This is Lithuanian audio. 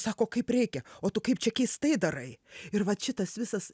sako kaip reikia o tu kaip čia keistai darai ir vat šitas visas